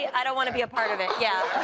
i don't want to be a part of it, yes!